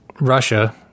russia